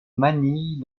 manille